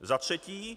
Za třetí.